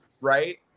right